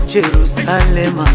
Jerusalem